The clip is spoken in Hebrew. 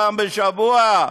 פעם בשבוע,